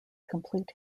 complete